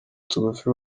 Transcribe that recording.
tugufi